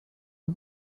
are